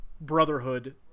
brotherhood